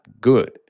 good